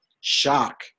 shock